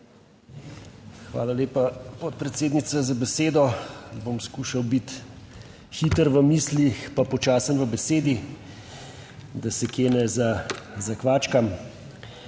Hvala lepa, podpredsednica, za besedo. Bom skušal biti hiter v mislih, pa počasen v besedi, da se **130.